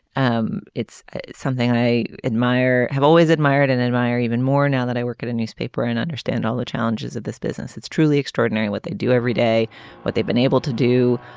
um it's something i admire i have always admired and admire even more now that i work at a newspaper and understand all the challenges of this business it's truly extraordinary what they do every day what they've been able to do.